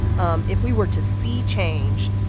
um if we were to see change,